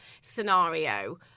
scenario